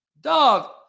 dog